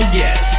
yes